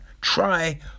try